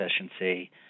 efficiency